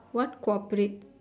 what cooperate